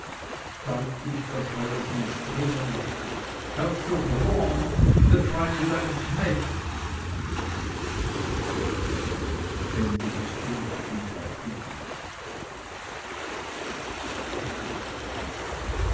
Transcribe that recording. deutlich erscholl es und dringend herzog rohan befreie deinen knecht